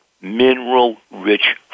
mineral-rich